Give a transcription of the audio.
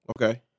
Okay